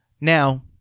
Now